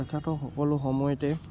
দেখাত সকলো সময়তে